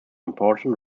important